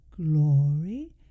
glory